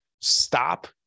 Stop